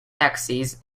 taxis